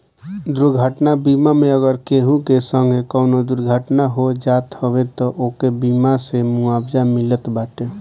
दुर्घटना बीमा मे अगर केहू के संगे कवनो दुर्घटना हो जात हवे तअ ओके बीमा से मुआवजा मिलत बाटे